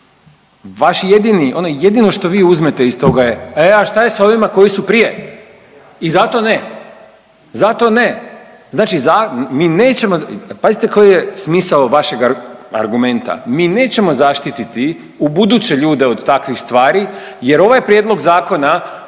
vaši jedini, ono jedino što vi uzmete iz toga je e a šta je s ovima koji su prije i zato ne, zato ne. Znači mi nećemo, pazite koji je smisao vašega argumenta, mi nećemo zaštititi ubuduće ljude od takvih stvari jer ovaj prijedlog zakona